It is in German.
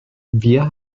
wir